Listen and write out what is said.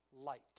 light